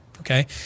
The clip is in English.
Okay